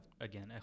again